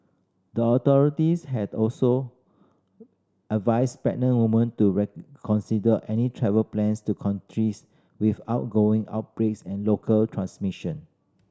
the authorities had also advised pregnant woman to reconsider any travel plans to countries with ongoing outbreaks and local transmission